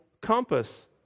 compass